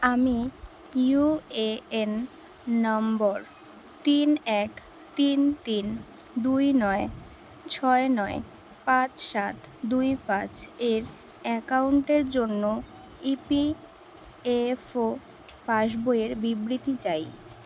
আমি ইউএএন নম্বর তিন এক তিন তিন দুই নয় ছয় নয় পাঁচ সাত দুই পাঁচ এর অ্যাকাউন্টের জন্য ইপিএফও পাসবইয়ের বিবৃতি চাই